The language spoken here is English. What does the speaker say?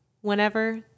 Whenever